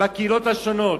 בקהילות השונות.